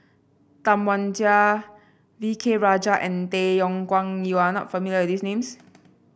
Tam Wai Jia V K Rajah and Tay Yong Kwang you are not familiar with these names